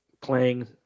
playing